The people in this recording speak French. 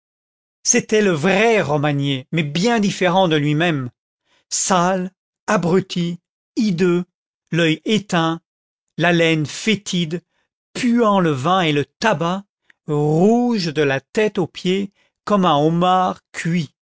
c'était le vrai romagné mais bien différent de lui-même sale abruti hideux l'œil éteint haleine fétide puant le vin et le tabac rouge de la tête aux pieds comme un homard cuit